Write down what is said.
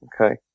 Okay